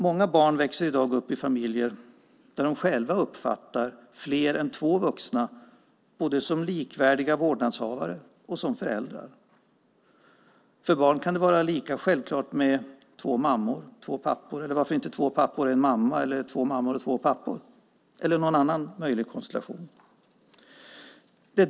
Många barn växer i dag upp i familjer där de själva uppfattar fler än två vuxna både som likvärdiga vårdnadshavare och som föräldrar. För barn kan det vara lika självklart med två mammor, två pappor eller varför inte två pappor och en mamma eller två mammor och två pappor eller någon annan möjlig konstellation.